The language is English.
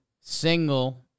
single